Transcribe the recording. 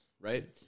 right